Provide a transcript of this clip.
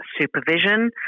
supervision